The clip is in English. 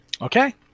Okay